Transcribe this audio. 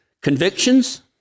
convictions